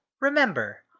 remember